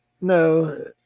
no